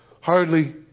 hardly